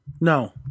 no